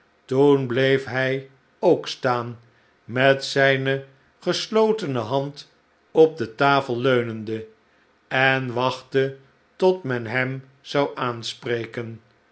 toen bleef hij ook staan met zijne geslotene hand op de tafel leunende en wachtte tot men hem zou aanspreken